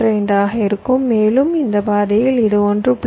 15 ஆக இருக்கும் மேலும் இந்த பாதையில் இது 1